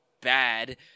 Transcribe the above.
bad